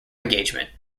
engagement